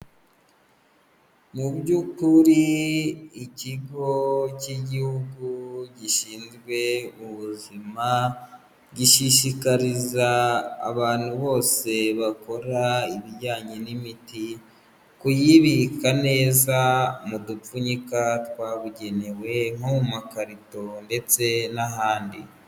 Mu by'ukuri ikigo cy'igihugu gishinzwe ubuzima, gishishikariza abantu bose bakora ibijyanye n'imiti, kuyibika neza mu dupfunyika twabugenewe nko mu makarito ndetse n'ahandi.